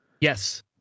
Yes